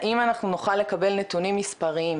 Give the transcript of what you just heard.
האם אנחנו נוכל לקבל נתונים מספריים?